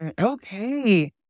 Okay